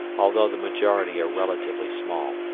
although the majority are relatively small.